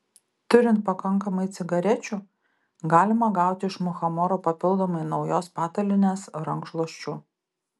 turint pakankamai cigarečių galima gauti iš muchamoro papildomai naujos patalynės rankšluosčių